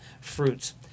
fruits